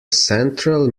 central